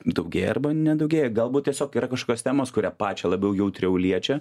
daugėja arba nedaugėja galbūt tiesiog yra kažkokios temos kurią pačią labiau jautriau liečia